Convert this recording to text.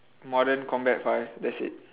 modern combat five that's it